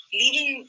leaving